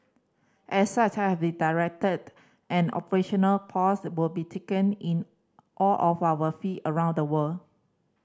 as such I have directed an operational possible be taken in all of our feet around the world